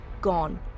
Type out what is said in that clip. gone